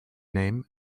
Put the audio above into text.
name